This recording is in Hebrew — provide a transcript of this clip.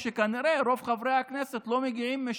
אצלכם בחברה הערבית, הביטו על הקמפיין הצבוע